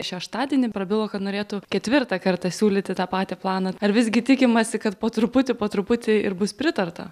šeštadienį prabilo kad norėtų ketvirtą kartą siūlyti tą patį planą ar visgi tikimasi kad po truputį po truputį ir bus pritarta